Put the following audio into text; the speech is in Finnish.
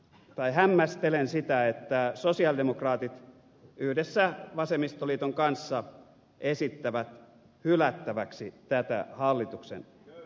hämmästelen sitä että sosialidemokraatit yhdessä vasemmistoliiton kanssa esittävät hylättäväksi tätä hallituksen esitystä